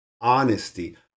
honesty